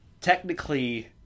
technically